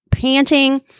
panting